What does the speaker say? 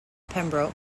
pembroke